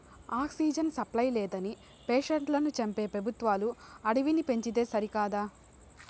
oxygen supply లేదని పేషెంట్లను చంపే పెబుత్వాలు అడవిని పెంచితే సరికదా